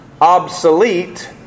obsolete